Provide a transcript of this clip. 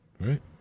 Right